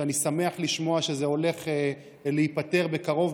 שאני שמח לשמוע שזה הולך להיפתר בקרוב,